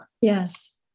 Yes